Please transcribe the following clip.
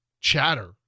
chatter